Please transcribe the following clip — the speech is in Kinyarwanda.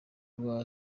rwa